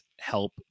help